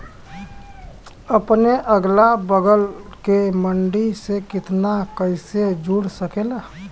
अपने अगला बगल के मंडी से किसान कइसे जुड़ सकेला?